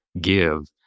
give